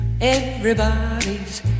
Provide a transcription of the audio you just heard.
Everybody's